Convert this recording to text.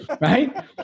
Right